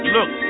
Look